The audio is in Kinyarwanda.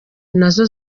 nazo